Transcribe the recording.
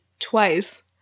Twice